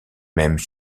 mêmes